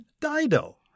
Dido